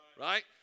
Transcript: right